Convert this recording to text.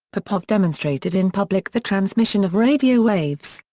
popov demonstrated in public the transmission of radio waves,